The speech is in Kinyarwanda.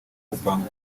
gupanga